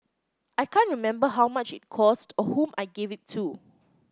I can't remember how much it cost or whom I gave it to